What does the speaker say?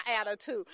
attitude